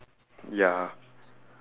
ya